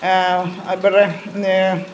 അക്ബറേ